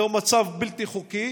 זהו מצב בלתי חוקי.